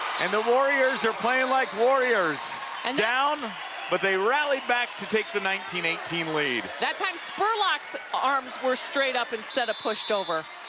and the warriors are playing like warriors and down but they rallied back to take the nineteen eighteen lead. that time spurlock's arms were straight up instead of pushed over.